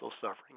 suffering